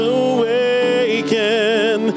awaken